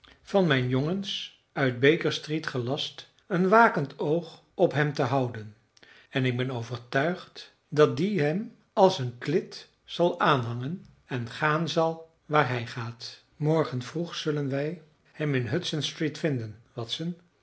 van mijn jongens uit baker street gelast een wakend oog op hem te houden en ik ben overtuigd dat die hem als een klit zal aanhangen en gaan zal waar hij gaat morgen vroeg zullen wij hem in hudson street vinden watson